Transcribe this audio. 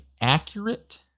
accurate